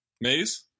Maze